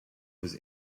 was